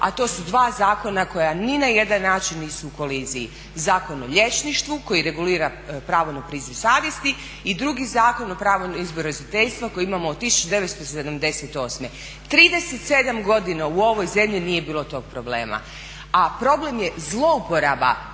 a to su dva zakona koja ni na jedan način nisu u koliziji, Zakon o liječništvu koji regulira pravo na priziv savjesti i drugi Zakona o pravu izbora roditeljstva koji imamo od 1978. 37 godina u ovoj zemlji nije bilo tog problema, a problem je zlouporaba